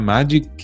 Magic